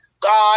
god